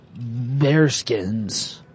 Bearskins